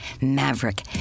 maverick